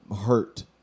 hurt